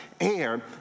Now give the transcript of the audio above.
air